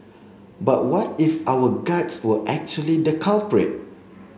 but what if our guts were actually the culprit